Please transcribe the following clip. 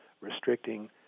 restricting